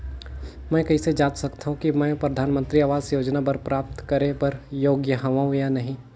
मैं कइसे जांच सकथव कि मैं परधानमंतरी आवास योजना प्राप्त करे बर योग्य हववं या नहीं?